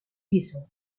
piso